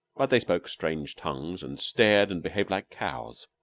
but they spoke strange tongues, and stared and behaved like cows.